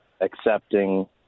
accepting –